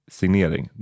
signering